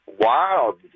Wow